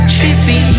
Trippy